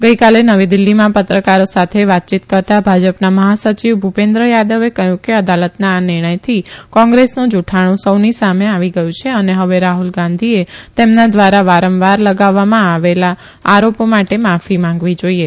ગઇકાલે નવી દિલ્લીમાં પત્રકારો સાથે વાતચીત કરતા ભાજપના મહાસચિવ ભુપેન્દ્ર યાદવે કહ્યું કે અદાલતના આ નિર્ણયથી કોંગ્રેસનું જુકાણુ સૌની સામે આવી ગયું છે અને હવે રાફલ ગાંધીએ તેમના દ્વારા વારંવાર લગાવવામાં આવેલા આરોપો માટે માફી માંગવી જોઈએ